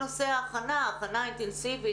יודעת טוב ממני צריך גם למצוא פתרון